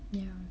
you